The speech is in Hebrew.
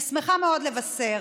אני שמחה מאוד לבשר